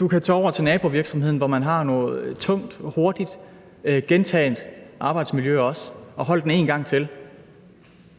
Du kan også tage over til nabovirksomheden, hvor man har noget tungt og hurtigt gentaget arbejde, og holde den en gang til.